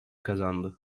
kazandı